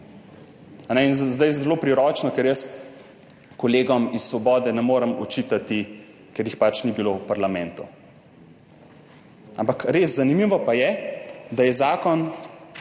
zdaj je zelo priročno, ker jaz kolegom iz Svobode ne morem očitati, ker jih pač ni bilo v parlamentu. Ampak res zanimivo pa je, da je zakon